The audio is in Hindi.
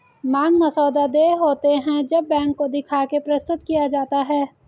मांग मसौदा देय होते हैं जब बैंक को दिखा के प्रस्तुत किया जाता है